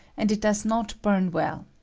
and it does not bum well.